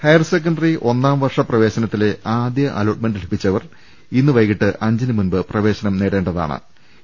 higher secondary ഒന്നാംവർഷ പ്രവേശനത്തിലെ ആദ്യ അലോ ട്ട്മെന്റ് ലഭിച്ചവർ ഇന്ന് വൈകിട്ട് അഞ്ചിനു മുമ്പ് പ്രവേശനം നേടേണ്ടതാ ണ്